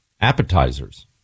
Appetizers